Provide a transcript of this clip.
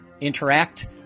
interact